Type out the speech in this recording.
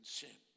sin